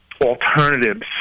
alternatives